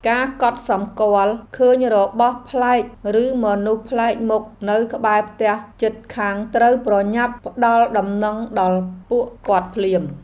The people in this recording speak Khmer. ការកត់សម្គាល់ឃើញរបស់ប្លែកឬមនុស្សប្លែកមុខនៅក្បែរផ្ទះជិតខាងត្រូវប្រញាប់ផ្ដល់ដំណឹងដល់ពួកគាត់ភ្លាម។